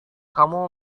kamu